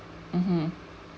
mmhmm